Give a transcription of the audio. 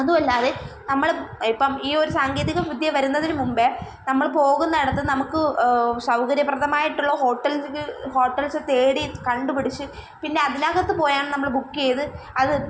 അതുമല്ലാതെ നമ്മൾ ഇപ്പം ഈയൊരു സാങ്കേതികവിദ്യ വരുന്നതിന് മുമ്പേ നമ്മൾ പോകുന്നിടത്ത് നമുക്ക് സൗകര്യപ്രദമായിട്ടുള്ള ഹോട്ടൽ ഹോട്ടൽസ് തേടി കണ്ടുപിടിച്ച് പിന്നതിനകത്ത് പോയാണ് നമ്മൾ ബുക്ക് ചെയ്ത് അത്